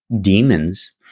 demons